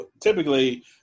typically